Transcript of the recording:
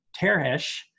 Teresh